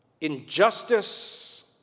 injustice